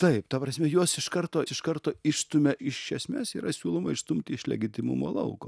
taip ta prasme juos iš karto iš karto išstumia iš esmės yra siūloma išstumti iš legitimumo lauko